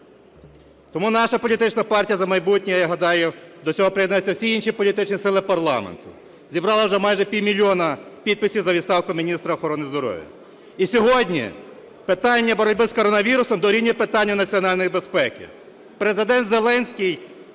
Тому наша політична партія "За майбутнє", я гадаю, до цього приєднаються всі інші політичні сили парламенту, зібрала вже майже півмільйона підписів за відставку міністра охорони здоров'я. І сьогодні питання боротьби з коронавірусом дорівнює питанню національної безпеки.